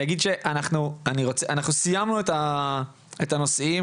אנחנו סיימנו את הנושאים.